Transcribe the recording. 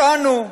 אותנו.